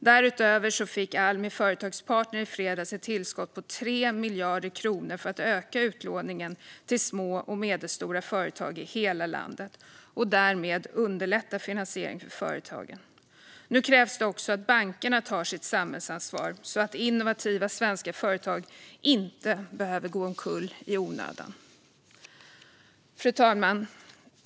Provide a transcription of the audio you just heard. Därutöver fick Almi Företagspartner i fredags ett tillskott på 3 miljarder kronor för att öka utlåningen till små och medelstora företag i hela landet och därmed underlätta finansieringen för företagen. Nu krävs det också att bankerna tar sitt samhällsansvar så att innovativa svenska företag inte behöver gå omkull i onödan. Fru talman!